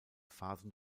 phasen